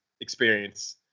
experience